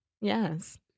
Yes